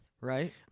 Right